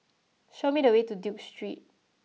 show me the way to Duke Street